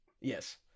Yes